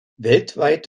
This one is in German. weltweit